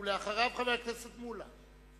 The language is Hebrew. ואחריו, חבר הכנסת מולה.